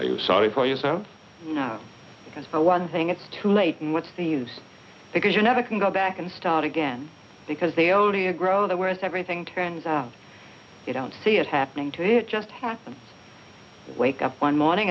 it's you sorry for yourself because for one thing it's too late and what's the use because you never can go back and start again because they only a grow the worse everything turns out you don't see it happening to you it just happened wake up one morning